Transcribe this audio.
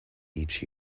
each